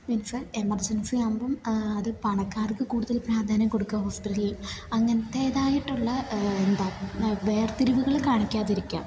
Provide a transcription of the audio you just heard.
means എമർജൻസിയാകുമ്പം അത് പണക്കാർക്ക് കൂടുതൽ പ്രാധാന്യം കൊടുക്കുക ഹോസ്പിറ്റലിൽ അങ്ങനത്തേതായിട്ടുള്ള എന്താ വേർ തിരിവുകൾ കാണിക്കാതിരിക്കുക